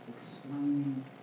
explaining